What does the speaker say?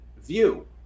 view